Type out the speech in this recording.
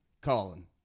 Colin